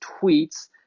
tweets